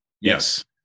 yes